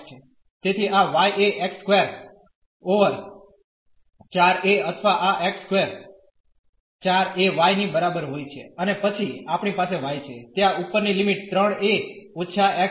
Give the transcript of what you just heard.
તેથી આ y એ x સ્કવેર ઓવર 4 a અથવા આ x સ્કવેર 4 a y ની બરાબર હોય છે અને પછી આપણી પાસે y છે ત્યાં ઉપરની લિમિટ 3 a ઓછા x છે